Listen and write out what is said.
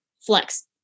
flex